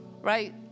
right